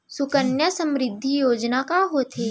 सुकन्या समृद्धि योजना का होथे